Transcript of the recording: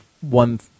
one